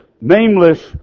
nameless